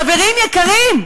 חברים יקרים,